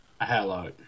Hello